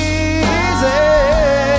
easy